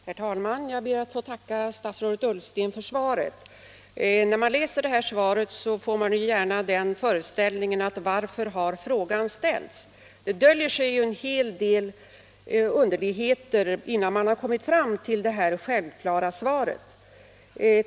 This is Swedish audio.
Herr talman! Jag ber att få tacka statsrådet Ullsten för svaret. När man tar del av det kan man lätt undra varför den här frågan har ställts. En hel del underligheter har ju förekommit innan man har nått fram till det här självklara svaret.